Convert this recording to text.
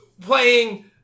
playing